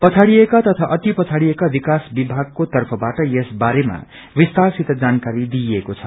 पछाड़िएका तथा अति पछाड़िएका विकास विभागको तर्फबाट यस बारेमा विस्तार सित जानकारी दिइएको छ